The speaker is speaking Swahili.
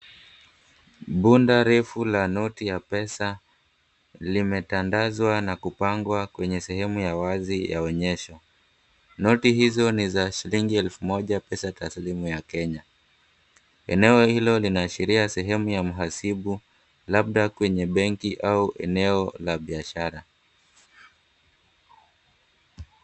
Bunda refu la noti ya pesa limetandazwa na kupangwa kwenye sehemu ya wazi ya onyesho. Noti hizo ni za shilingi elfu moja pesa taslimu ya Kenya. Eneo hilo linaashiria sehemu ya mhasibu labda kwenye benki au eneo la biashara.